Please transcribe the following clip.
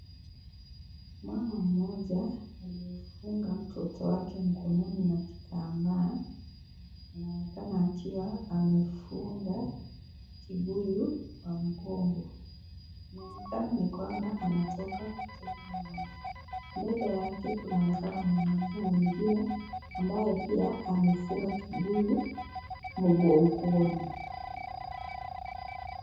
Mama mmoja aliyefunga mtoto wake mkononi na kitambaa anaonekana akiwa amefunga kibuyu kwa mgongo. Inaonekana ni kwamba anatoka kuteka maji. Mbele yake kunaonekana kuna mtu mwingine ambaye pia amefunga kibuyu mgongoni.